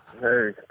Hey